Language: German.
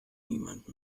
niemand